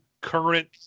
current